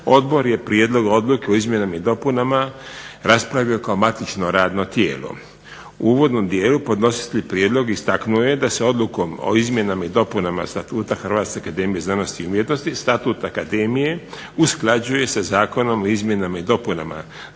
Odbor je prijedlog odluke o izmjenama i dopunama raspravio kao matično radno tijelo. U uvodnom dijelu podnositelj prijedloga istaknuo je da se odlukom o izmjenama i dopunama Statuta Hrvatske akademije za znanost i umjetnosti Statut akademije usklađuje sa Zakonm o izmjenama i dopunama